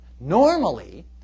normally